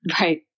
Right